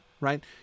right